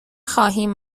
خواهیم